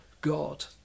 God